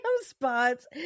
spots